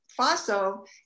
Faso